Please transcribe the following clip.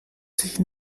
sich